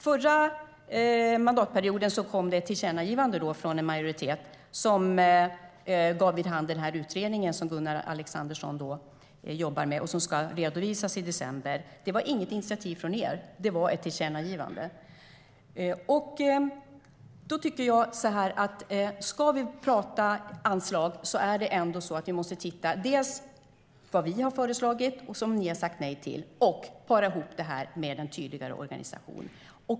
Förra mandatperioden kom det ett tillkännagivande från en majoritet som ledde till den utredning som Gunnar Alexandersson jobbar med och som ska redovisa sitt resultat i december. Det var inget initiativ från er; det var ett tillkännagivande. Ska vi tala om anslag måste vi titta på vad vi har föreslagit och som ni har sagt nej till och para ihop det med en tydligare organisation.